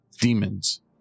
demons